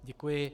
Děkuji.